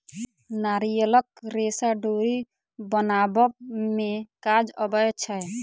नारियलक रेशा डोरी बनाबअ में काज अबै छै